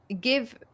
give